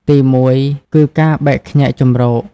ទីមួយគឺ ការបែកខ្ញែកជម្រក។